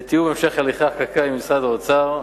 לתיאום המשך הליכי חקיקה עם משרד האוצר,